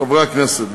חברי הכנסת,